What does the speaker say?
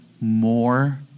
more